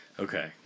Okay